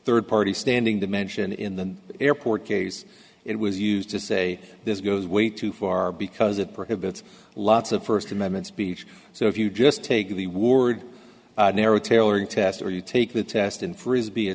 third party standing dimension in the airport case it was used to say this goes way too far because it prohibits lots of first amendment speech so if you just take the word narrow tailoring test or you take the test in frisbee a